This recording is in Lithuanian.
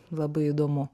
labai įdomu